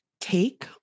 take